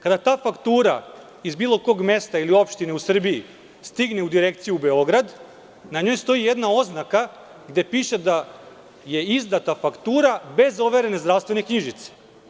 Kada ta faktura iz bilo kog mesta ili opštine u Srbiji stigne u direkciju u Beograd, na njoj stoji jedna oznaka gde piše da je izdata faktura bez overene zdravstvene knjižice.